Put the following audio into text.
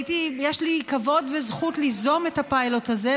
יש לי כבוד וזכות ליזום את הפיילוט הזה,